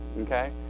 okay